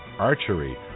archery